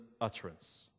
utterance